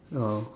oh